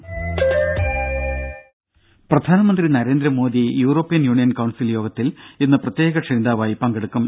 ദര പ്രധാനമന്ത്രി Narendra Modi European union council യോഗത്തിൽ ഇന്ന് പ്രത്യേക ക്ഷണിതാവായി പങ്കെടുക്കും